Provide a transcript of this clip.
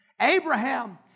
Abraham